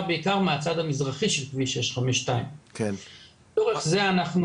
בעיקר מהצד המזרחי של כביש 652. לאורך זה אנחנו